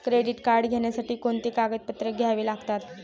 Credit card घेण्यासाठी कोणती कागदपत्रे घ्यावी लागतात?